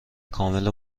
کاملا